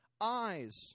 eyes